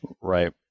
Right